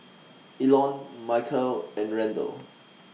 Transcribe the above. Elon Michale and Randle